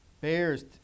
Bears